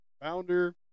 founder